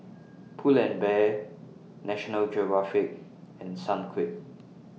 Pull and Bear National Geographic and Sunquick